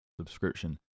subscription